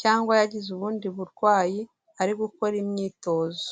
cyangwa yagize ubundi burwayi ari gukora imyitozo.